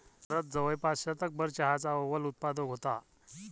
भारत जवळपास शतकभर चहाचा अव्वल उत्पादक होता